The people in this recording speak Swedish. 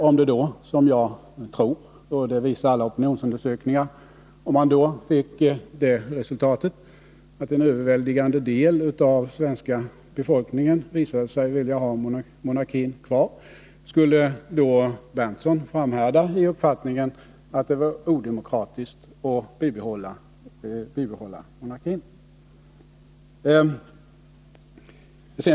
Om en sådan folkomröstning, som jag tror, gav det resultatet — det visar alla opinionsundersökningar att den skulle göra — att en överväldigande del av svenska folket vill ha monarkin kvar, skulle då Nils Berndtson framhärda i uppfattningen att det var odemokratiskt att bibehålla monarkin?